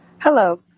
Hello